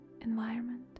environment